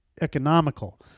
economical